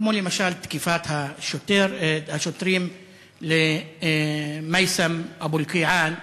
כמו למשל תקיפת השוטרים את מייסם אבו אלקיעאן,